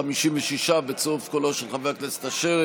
56 בצירוף קולו של חבר הכנסת אשר,